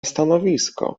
stanowisko